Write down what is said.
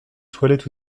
toilette